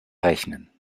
rechnen